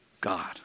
God